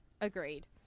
Agreed